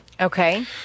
Okay